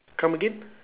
come again